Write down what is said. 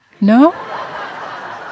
No